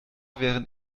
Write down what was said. während